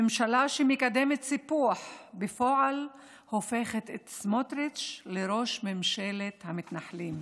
ממשלה שמקדמת סיפוח בפועל והופכת את סמוטריץ' לראש ממשלת המתנחלים,